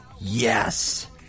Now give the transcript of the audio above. Yes